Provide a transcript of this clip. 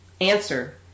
answer